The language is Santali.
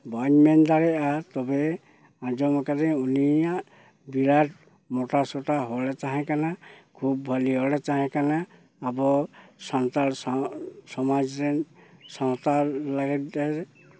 ᱵᱟᱹᱧ ᱢᱮᱱ ᱫᱟᱲᱮᱭᱟᱜᱼᱟ ᱛᱚᱵᱮ ᱟᱸᱡᱚᱢ ᱠᱟᱹᱫᱟᱹᱧ ᱩᱱᱤᱭᱟᱜ ᱵᱤᱨᱟᱴ ᱢᱳᱴᱟᱥᱳᱴᱟ ᱦᱚᱲᱮ ᱛᱟᱦᱮᱸ ᱠᱟᱱᱟ ᱠᱷᱩᱵᱽ ᱵᱷᱟᱹᱜᱤ ᱦᱚᱲᱮ ᱛᱟᱦᱮᱸ ᱠᱟᱱᱟ ᱟᱵᱚ ᱥᱟᱱᱛᱟᱲ ᱥᱚᱢᱟᱡᱽ ᱨᱮᱱ ᱥᱟᱱᱛᱟᱲ ᱞᱤᱰᱟᱨ